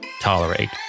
tolerate